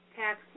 tax